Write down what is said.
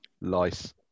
Lice